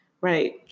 Right